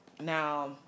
Now